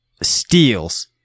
steals